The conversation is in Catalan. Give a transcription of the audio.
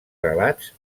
relats